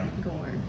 gore